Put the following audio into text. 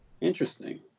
Interesting